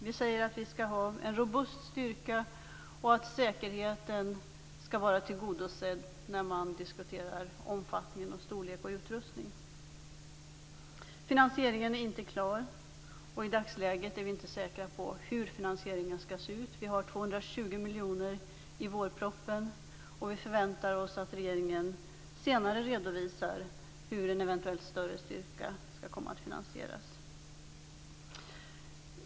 Vi säger att vi skall ha en robust styrka och att säkerheten skall vara tillgodosedd när man diskuterar omfattning, storlek och utrustning. Finansieringen är inte klar, och i dagsläget är vi inte säkra på hur finansieringen skall se ut. Det finns 220 miljoner anslagna i vårpropositionen. Vi förväntar oss att regeringen senare redovisar hur en eventuellt större styrka skall komma att finansieras.